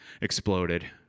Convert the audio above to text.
exploded